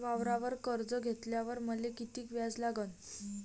वावरावर कर्ज घेतल्यावर मले कितीक व्याज लागन?